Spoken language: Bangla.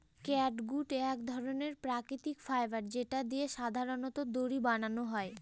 ক্যাটগুট এক ধরনের প্রাকৃতিক ফাইবার যেটা দিয়ে সাধারনত দড়ি বানানো হয়